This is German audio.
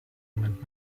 moment